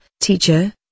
Teacher